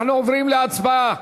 אנחנו עוברים להצבעה.